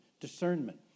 discernment